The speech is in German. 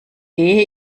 gehe